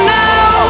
now